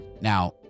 Now